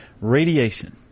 Radiation